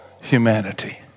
humanity